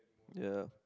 ya